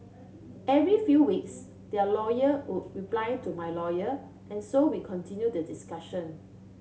every few weeks their lawyer would reply to my lawyer and so we continued the discussion